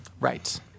Right